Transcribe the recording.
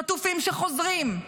חטופים שחוזרים,